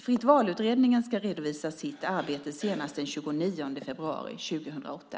Fritt-val-utredningen ska redovisa sitt arbete senast den 29 februari 2008.